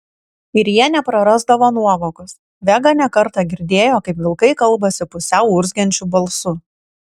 ir jie neprarasdavo nuovokos vega ne kartą girdėjo kaip vilkai kalbasi pusiau urzgiančiu balsu